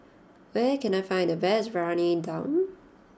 where can I find the best Briyani Dum